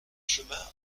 chemin